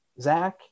Zach